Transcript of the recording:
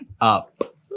up